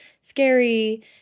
scary